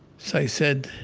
so i said,